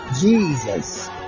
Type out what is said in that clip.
Jesus